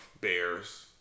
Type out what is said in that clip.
Bears